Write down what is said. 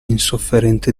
insofferente